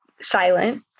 silent